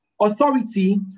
authority